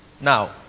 Now